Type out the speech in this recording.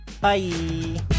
Bye